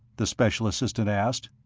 the special assistant asked.